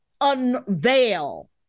unveil